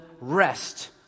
rest